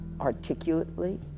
articulately